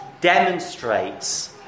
demonstrates